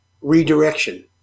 redirection